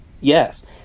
Yes